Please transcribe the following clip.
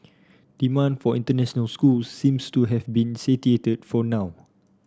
demand for international schools seems to have been for now